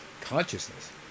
consciousness